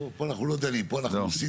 עושים